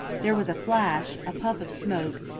there was a flash, a puff of smoke,